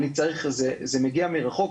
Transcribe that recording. זה מגיע מרחוק,